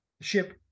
ship